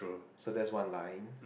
so that's one line